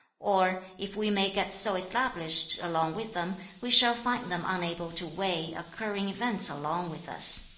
or if we may get so established along with them, we shall find them unable to weigh occurring events along with us